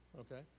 okay